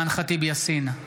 בעד אימאן ח'טיב יאסין,